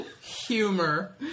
humor